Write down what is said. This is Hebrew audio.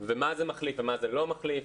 ומה זה מחליף ומה זה לא מחליף.